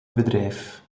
bedrijf